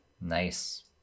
nice